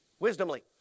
wisdomly